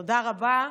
תודה רבה,